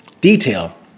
detail